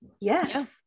yes